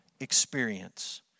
experience